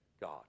God